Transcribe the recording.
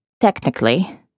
Technically